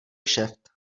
kšeft